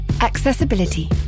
Accessibility